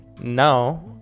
now